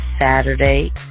Saturday